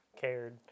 cared